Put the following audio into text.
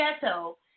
ghetto